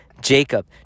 Jacob